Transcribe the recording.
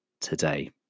today